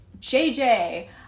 jj